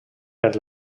per